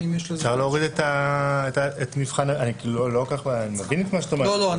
אני לא כל כך מבין את מה שאת אומרת,